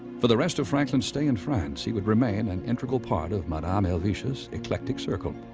for the rest of franklin's stay in france, he would remain an integral part of madame helvetius' eclectic circle.